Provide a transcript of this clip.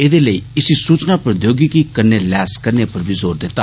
एदे लेई इसी सूचना प्रद्योगिकी कन्नै लैस करने पर जोर दिता